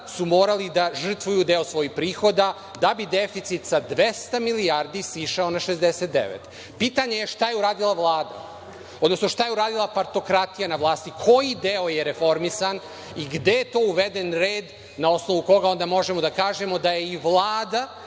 su morali da žrtvuju deo svojih prihoda da bi deficit sa 200 milijardi sišao na 69.Pitanje je - šta je uradila Vlada, odnosno šta je uradila partokratija na vlasti? Koji deo je reformisan i gde je to uveden red na osnovu koga onda možemo da kažemo da je i Vlada